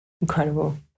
Incredible